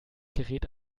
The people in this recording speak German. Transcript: gerät